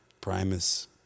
Primus